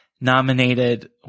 nominated